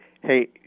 Hey